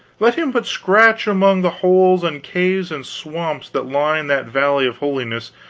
let him but scratch among the holes and caves and swamps that line that valley of holiness,